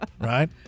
Right